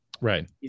Right